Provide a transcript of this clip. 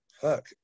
fuck